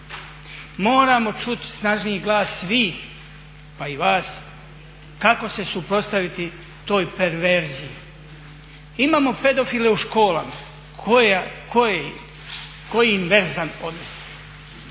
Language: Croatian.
Moramo čut snažniji glas svih pa i vas kako se suprotstaviti toj perverziji. Imamo pedofile u školama. Koji inverzan odnos?